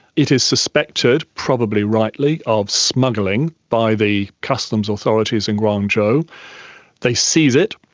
it is suspected, probably rightly, of smuggling by the customs authorities in guangzhou. they seize it.